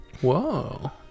Whoa